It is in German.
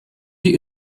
die